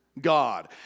God